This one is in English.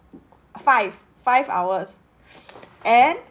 five five hours and